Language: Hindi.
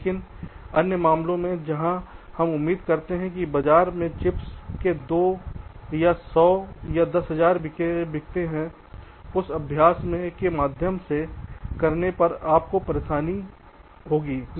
लेकिन अन्य मामलों में जहां हम उम्मीद करते हैं कि बाजार में चिप्स के दो या 1000 या 10000 बिकते हैं उस अभ्यास के माध्यम से करके आप परेशानी मूल नहीं चाहिए है